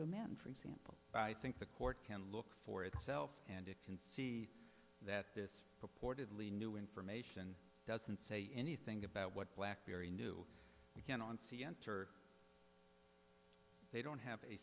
to man for example i think the court can look for itself and it can see that this purportedly new information doesn't say anything about what blackberry knew you can on c n n turk they don't have a